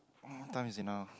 what time is it now